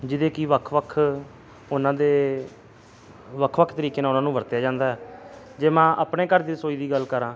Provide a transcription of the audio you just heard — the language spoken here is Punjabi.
ਜਿਹਦੇ ਕਿ ਵੱਖ ਵੱਖ ਉਹਨਾਂ ਦੇ ਵੱਖ ਵੱਖ ਤਰੀਕੇ ਨਾਲ ਉਹਨਾਂ ਨੂੰ ਵਰਤਿਆ ਜਾਂਦਾ ਜੇ ਮੈਂ ਆਪਣੇ ਘਰ ਦੀ ਰਸੋਈ ਦੀ ਗੱਲ ਕਰਾਂ